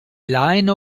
line